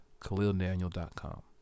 khalildaniel.com